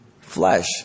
flesh